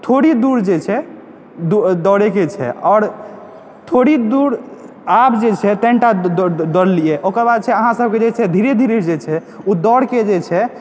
थोड़ी दूर जे छै दौड़यके छै आओर थोड़ी दूर आब जे छै कनिटा दौड़लियै ओकर बाद छै अहाँसभ जे छै धीरे धीरे जे छै ओ दौड़के जे छै